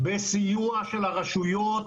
בסיוע של הרשויות,